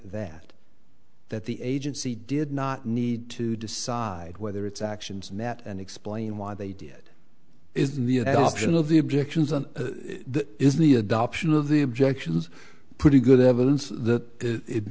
that that the agency did not need to decide whether its actions met and explain why they did is the option of the objections and that is the adoption of the objections pretty good evidence that it